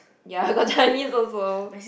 ya got Chinese also